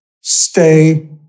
stay